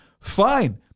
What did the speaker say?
fine